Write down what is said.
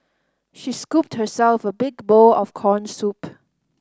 she scooped herself a big bowl of corn soup